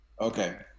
Okay